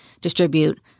distribute